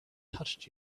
touched